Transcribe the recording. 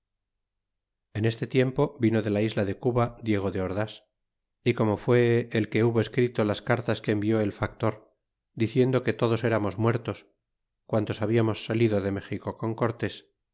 en este tiempo vino de la isla de cuba diego de ordas y como fue el que hubo escrito las cartas que envió el factor diciendo que todos enanos muertos quantos hablamos salido de méxico con cortés